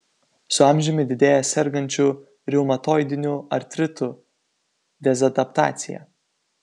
su amžiumi didėja sergančių reumatoidiniu artritu dezadaptacija